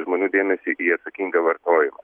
žmonių dėmesį į atsakingą vartojimą